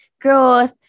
growth